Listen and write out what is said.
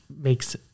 makes